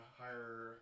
higher